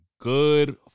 Good